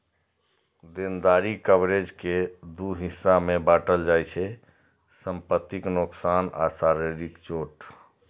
देनदारी कवरेज कें दू हिस्सा मे बांटल जाइ छै, संपत्तिक नोकसान आ शारीरिक चोट